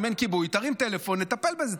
אם אין כיבוי, תרים טלפון, נטפל בזה.